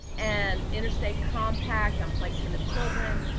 and interstate compact on placement of children,